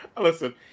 Listen